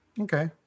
okay